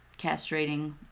castrating